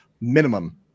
minimum